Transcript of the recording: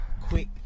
quick